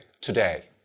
today